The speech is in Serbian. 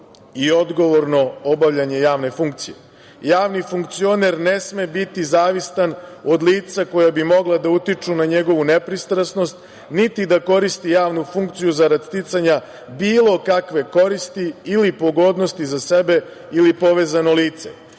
i odgovorno obavljanje javne funkcije. Javni funkcioner ne sme biti zavisan od lica koja bi mogla da utiču na njegovu nepristrasnost, niti da koristi javnu funkciju zarad sticanja bilo kakve koristi ili pogodnosti za sebe ili povezano lice.